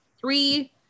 three